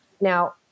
Now